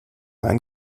einen